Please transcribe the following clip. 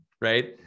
right